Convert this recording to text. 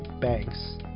banks